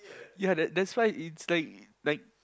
ya that's that's why it's like like